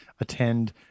attend